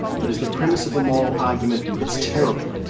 but as the premise of a moral argument, it's terrible.